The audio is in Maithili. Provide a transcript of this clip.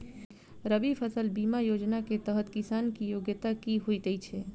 रबी फसल बीमा योजना केँ तहत किसान की योग्यता की होइ छै?